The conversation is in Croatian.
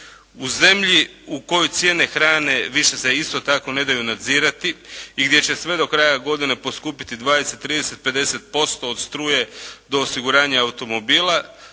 u zemlji u kojoj cijene hrane više se isto tako ne daju nadzirati i gdje će sve do kraja godine poskupiti 20, 30, 50% od struje do osiguranja automobila.